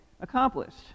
accomplished